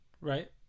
Right